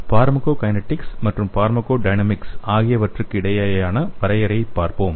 pharmacokinetics மற்றும் pharmacodynamics ஆகியவற்றுக்கு இடையேயான வரையறையைப் பார்ப்போம்